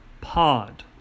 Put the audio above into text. pod